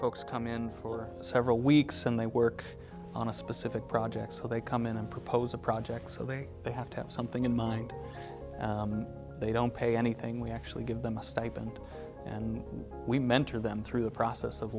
folks come in for several weeks and they work on a specific project so they come in and propose a project so they they have to have something in mind they don't pay anything we actually give them a stipend and we mentor them through the process of